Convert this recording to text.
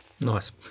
Nice